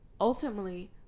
ultimately